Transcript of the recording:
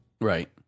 right